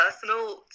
personal